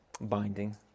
binding